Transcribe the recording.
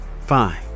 fine